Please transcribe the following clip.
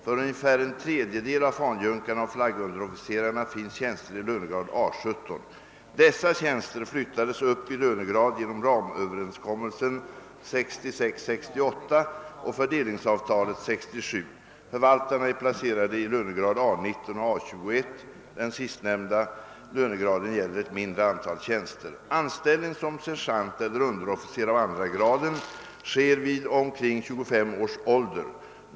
För ungefär en tredjedel av fanjunkarna och flaggunderofficerarna finns tjänster i lönegrad A 17. Dessa tjänster flyttades upp i lönegrad genom ramöverenskommelsen 1966— 1968 och fördelningsavtalet 1967. Förvaltarna är placerade i lönegrad A 19 och A 21. Den sistnämnda lönegraden gäller ett mindre antal tjänster. Anställning som sergeant eller underofficer av 2. graden sker vid omkring 25 års ålder.